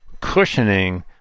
cushioning